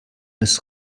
des